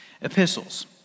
Epistles